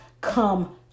come